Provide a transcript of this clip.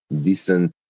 decent